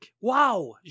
Wow